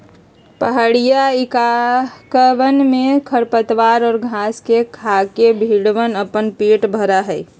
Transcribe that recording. पहड़ीया इलाकवन में खरपतवार और घास के खाके भेंड़वन अपन पेट भरा हई